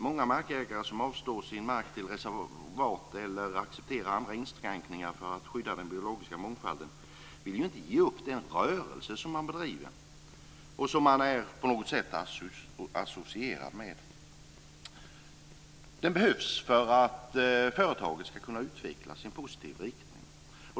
Många markägare som avstår sin mark till reservat eller accepterar andra inskränkningar för att skydda den biologiska mångfalden vill inte ge upp den rörelse som de bedriver och på något sätt är associerade med. Den behövs för att företaget ska kunna utvecklas i en positiv riktning.